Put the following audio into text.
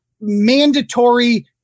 mandatory